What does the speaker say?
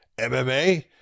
MMA